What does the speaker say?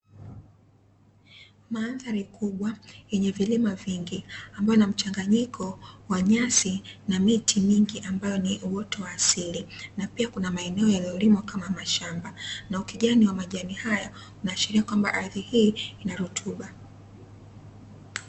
Mandhari kubwa yenye vilima vingi, ambayo ina mchanganyiko wa nyasi, na miti mingi ambayo ni uoto wa asili; na pia kuna maeneo yaliyolimwa kama mashamba, na ukijani wa majani haya unaashiria kwamba ardhi hii inarutuba.